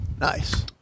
Nice